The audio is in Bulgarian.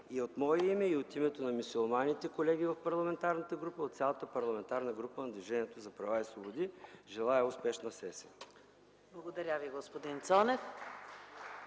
И от мое име, и от името на мюсюлманите – колеги в парламентарната група, от цялата парламентарна група на Движението за права и свободи, желая успешна сесия! (Ръкопляскания от